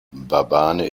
mbabane